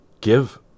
give